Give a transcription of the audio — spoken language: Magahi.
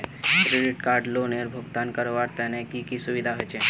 क्रेडिट कार्ड लोनेर भुगतान करवार तने की की सुविधा होचे??